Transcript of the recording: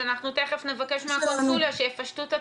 אז אנחנו תיכף נבקש מהקונסוליה שיפשטו את התהליך,